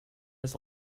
his